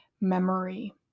memory